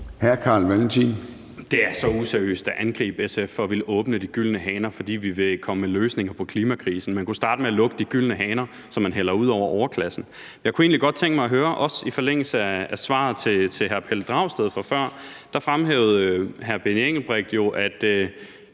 Det er så useriøst at angribe SF for at ville åbne de gyldne haner, fordi vi vil komme med løsninger på klimakrisen. Man kunne starte med at lukke de gyldne haner, som man hælder ud over overklassen. Jeg kunne egentlig godt tænke mig at spørge om noget i forlængelse af svaret til hr. Pelle Dragsted før. Der fremhævede hr. Benny Engelbrecht jo, at